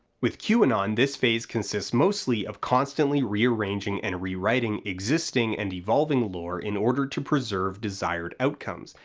with qanon this phase consists mostly of constantly rearranging and rewriting existing and evolving lore in order to preserve desired outcomes,